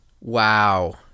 Wow